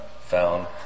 found